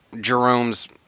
Jerome's